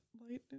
lightning